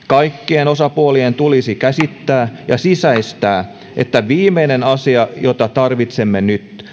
kaikkien osapuolien tulisi käsittää ja sisäistää että viimeinen asia jota tarvitsemme nyt kun